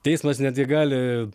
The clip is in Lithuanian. teismas netgi gali